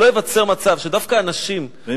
שלא ייווצר מצב שדווקא אנשים שהיכולת שלהם,